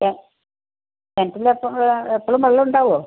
ഏഹ് കിണറ്റിൽ എപ്പോഴും വെള്ളം ഉണ്ടാവോ